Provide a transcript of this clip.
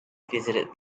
visited